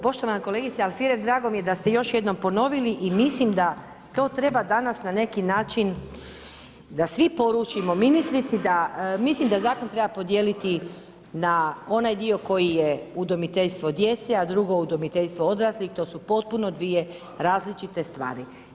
Poštovana kolegice Alfirev drago mi je da ste još jednom ponovili i mislim da to treba danas na neki način da svi poručimo ministrici da mislim da zakon treba podijeliti na onaj dio koji je udomiteljstvo djece, a drugo udomiteljstvo odraslih, to su potpuno dvije različite stvari.